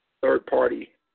third-party